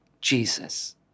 Jesus